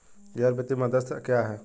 गैर वित्तीय मध्यस्थ क्या हैं?